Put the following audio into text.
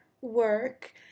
work